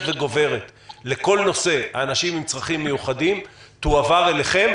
וגוברת לכל נושא האנשים עם צרכים מיוחדים תועבר אליכם?